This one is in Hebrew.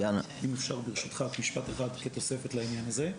אם אפשר ברשותך רק משפט אחד כתוספת לעניין הזה.